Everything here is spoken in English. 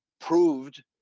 proved